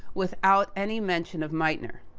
without any mention of meitner.